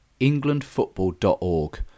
englandfootball.org